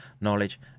knowledge